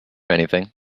anything